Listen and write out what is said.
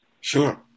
Sure